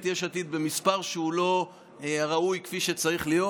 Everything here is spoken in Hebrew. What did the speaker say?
יש עתיד במספר שלא ראוי כפי שצריך להיות.